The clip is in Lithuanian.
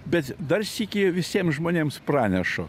bet dar sykį visiem žmonėms pranešu